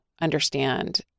understand